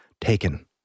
taken